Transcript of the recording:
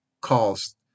Calls